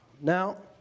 Now